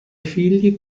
figli